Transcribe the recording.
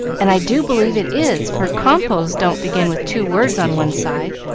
and i do believe it is, for compo's don't begin with two words on one side.